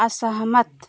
असहमत